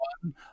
one